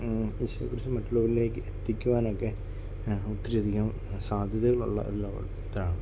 യേശുവിനെ കുറിച്ച് മറ്റുള്ളവരിലേക്ക് എത്തിക്കുവാനൊക്കെ ഒത്തിരി അധികം സാധ്യതകളുള്ള ഒരു ലോകത്തിലാണ്